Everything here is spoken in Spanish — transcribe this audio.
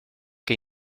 que